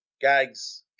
Gags